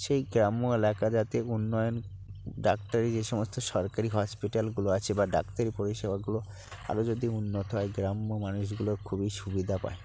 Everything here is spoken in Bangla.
সেই গ্রাম্য এলাকা যাতে উন্নয়ন ডাক্তারি যে সমস্ত সরকারি হসপিটালগুলো আছে বা ডাক্তারি পরিষেবাগুলো আরও যদি উন্নত হয় গ্রাম্য মানুষগুলো খুবই সুবিধা পায়